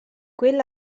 quel